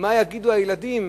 מה יגידו הילדים,